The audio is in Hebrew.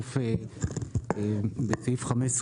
צירוף סעיף 15,